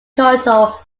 total